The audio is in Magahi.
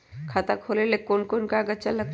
खाता खोले ले कौन कौन कागज लगतै?